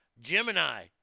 Gemini